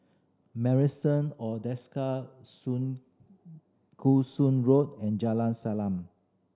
Marrison or Desker Sun Koo Sun Road and Jalan Salang